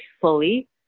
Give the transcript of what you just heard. fully